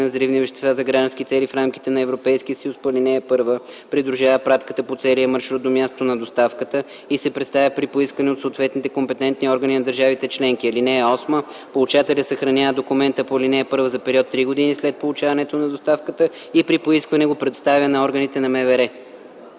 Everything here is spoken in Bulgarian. на взривни вещества за граждански цели в рамките на Европейския съюз по ал. 1 придружава пратката по целия маршрут до мястото на доставката и се предоставя при поискване от съответните компетентни органи на държавите членки. (8) Получателят съхранява документа по ал. 1 за период 3 години след получаването на доставката и при поискване го предоставя на органите на МВР.”